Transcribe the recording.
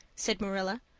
said marilla,